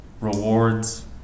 rewards